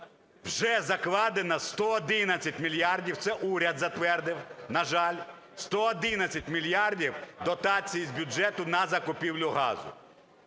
вже закладено 111 мільярдів, це уряд затвердив, на жаль, 111 мільярдів дотацій з бюджету на закупівлю газу.